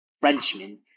Frenchman